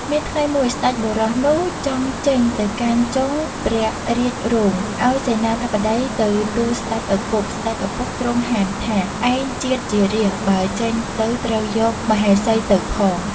មានថ្ងៃមួយស្តេចបុរសនោះចង់ចេញទៅកាន់ចុងព្រះរាជរោង អោយសេនាបតីទៅទូលស្តេចឪពុក ស្តេចឪពុកទ្រង់ហាមថា “ឯងជាតិជារាស្ត្របើចេញទៅត្រូវយក មហេសីទៅផង ” ។